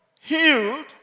healed